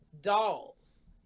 dolls